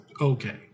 okay